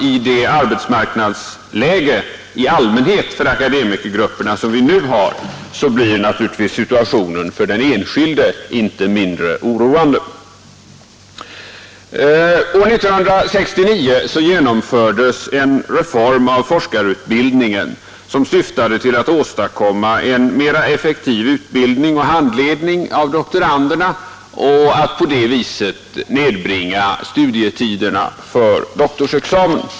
I det arbetsmarknadsläge som nu råder för akademikergrupperna i allmänhet blir naturligtvis situationen för den enskilde inte mindre oroande. År 1969 genomfördes en reform av forskarutbildningen som syftade till att åstadkomma en mera effektiv utbildning och handledning av doktoranderna och att på det viset nedbringa studietiderna för doktorsexamen.